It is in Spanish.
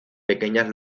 pequeñas